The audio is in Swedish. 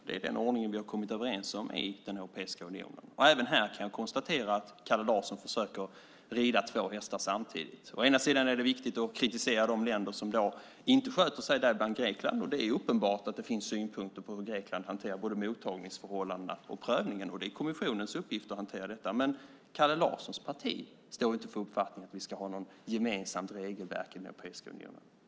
Det är den ordning vi har kommit överens om i den europeiska unionen. Även här kan jag konstatera att Kalle Larsson försöker rida två hästar samtidigt. Det är viktigt att kritisera de länder som inte sköter sig, däribland Grekland. Det är uppenbart att det finns synpunkter på hur Grekland hanterar både mottagningsförhållandena och prövningen. Det är kommissionens uppgift att hantera det. Men Kalle Larssons parti står inte för uppfattningen att vi ska ha något gemensamt regelverk i den europeiska unionen.